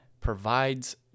provides